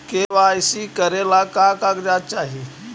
KYC करे ला का का कागजात चाही?